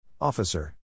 Officer